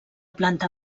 planta